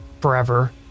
forever